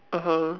(uh huh)